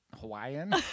hawaiian